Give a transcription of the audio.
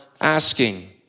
asking